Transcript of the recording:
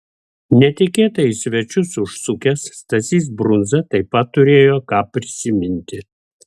netikėtai į svečius užsukęs stasys brundza taip pat turėjo ką prisiminti